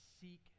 seek